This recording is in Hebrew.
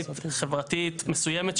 חברתית מסוימת,